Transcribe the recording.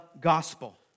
gospel